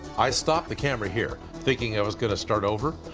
i stopped the camera here thinking i was going to start over.